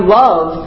love